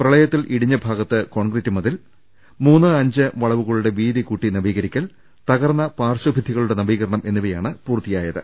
പ്രളയത്തിൽ ഇടിഞ്ഞ ഭാഗത്ത് കോൺക്രീറ്റ് മതിൽ മൂന്ന് അഞ്ച് വളവുകളുടെ വീതികൂട്ടി നവീക രിക്കൽ തകർന്ന പാർശ്വഭിത്തികളുടെ നവീകരണം എന്നിവയാണ് പൂർത്തി യായത്